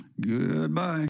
goodbye